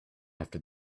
after